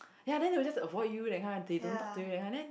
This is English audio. ya then they will just avoid you that kind they don't talk you that kind and then